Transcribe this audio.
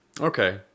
Okay